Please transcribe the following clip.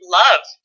love